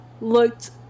looked